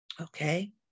Okay